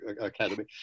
academy